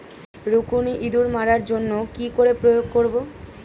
রুকুনি ইঁদুর মারার জন্য কি করে প্রয়োগ করব?